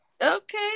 okay